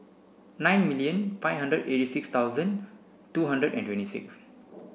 nine million five hundred eighty six thousand two hundred and twenty six